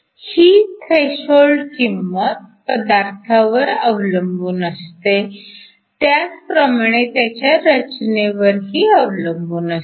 ही threshold किंमत पदार्थावर अवलंबून असते त्याचप्रमाणे त्याच्या रचनेवरही अवलंबून असते